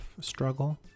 struggle